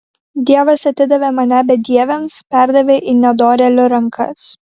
dievas atidavė mane bedieviams perdavė į nedorėlių rankas